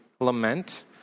lament